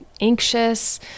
anxious